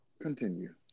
Continue